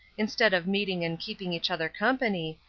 instead of meeting and keeping each other company,